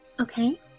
Okay